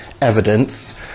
evidence